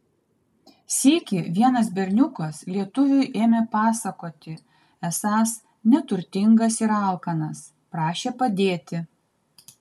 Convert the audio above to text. sykį vienas berniukas lietuviui ėmė pasakoti esąs neturtingas ir alkanas prašė padėti